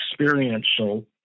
experiential